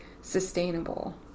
sustainable